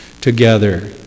together